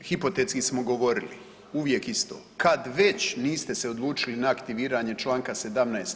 Hipotetski smo govorili uvijek isto, kad već niste se odlučili na aktiviranje Članka 17.